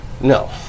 No